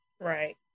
right